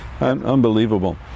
Unbelievable